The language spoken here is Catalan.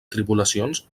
tribulacions